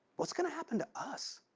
what's gonna happen to us?